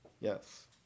yes